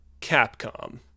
Capcom